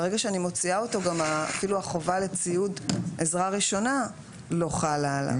אז ברגע שאני מוציאה אותו אז אפילו החובה לציוד עזרה ראשונה לא חל עליו.